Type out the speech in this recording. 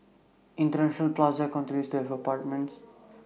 International plaza continues to have apartments